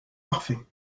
parfait